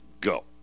go